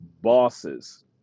bosses